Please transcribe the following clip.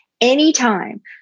anytime